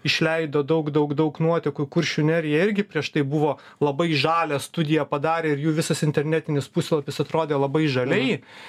išleido daug daug daug nuotekų į kuršių nerija irgi prieš tai buvo labai žalią studiją padarę ir jų visas internetinis puslapis atrodė labai žaliai